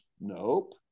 Nope